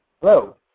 Hello